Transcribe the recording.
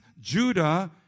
Judah